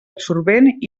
absorbent